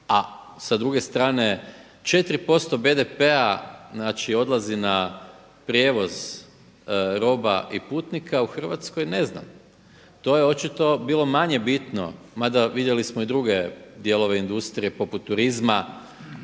a sa druge strane 4% BDP-a odlazi na prijevoz roba i putnika u Hrvatskoj, ne znam. To je očito bilo manje bitno, mada vidjeli smo i druge dijelove industrije poput turizma